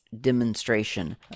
demonstration